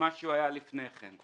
ממה שהוא היה לפני כן.